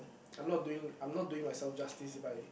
I'm not doing I'm not doing myself justice if I